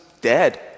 dead